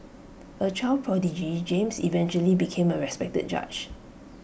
A child prodigy James eventually became A respected judge